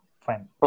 fine